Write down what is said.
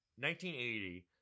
1980